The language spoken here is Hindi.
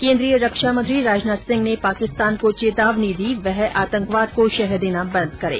केन्द्रीय रक्षामंत्री राजनाथ सिंह ने पाकिस्तान को चेतावनी दी वह आतंकवाद को शह देना बंद करे